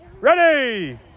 Ready